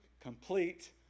complete